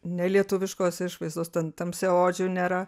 nelietuviškos išvaizdos ten tamsiaodžių nėra